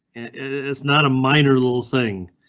it it is not a minor little thing.